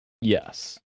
Yes